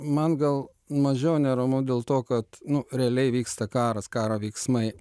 man gal mažiau neramu dėl to kad nu realiai vyksta karas karo veiksmai